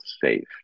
safe